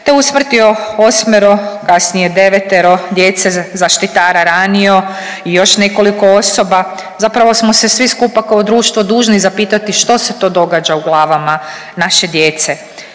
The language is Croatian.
te usmrtio osmero kasnije devetero djece, zaštitara ranio i još nekoliko osoba zapravo smo se svi skupa kao društvo dužni zapitati što se to događa u glavama naše djece.